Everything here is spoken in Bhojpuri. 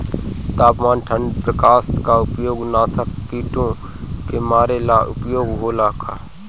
तापमान ठण्ड प्रकास का उपयोग नाशक कीटो के मारे ला उपयोग होला का?